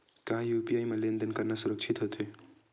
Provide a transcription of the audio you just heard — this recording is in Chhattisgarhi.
का यू.पी.आई म लेन देन करना सुरक्षित होथे?